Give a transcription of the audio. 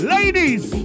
Ladies